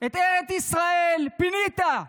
את ארץ ישראל פינית,